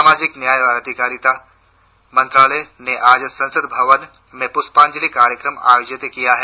सामाजिक न्याय और आधिकारिता मंत्रालय ने आज संसद भवन में पुष्पाजंलि कार्यक्रम आयोजित किया है